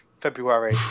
February